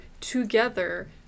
together